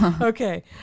Okay